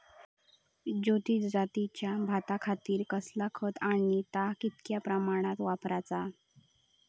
ज्योती जातीच्या भाताखातीर कसला खत आणि ता कितक्या प्रमाणात वापराचा?